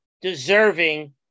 deserving